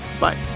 Bye